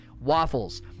Waffles